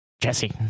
jesse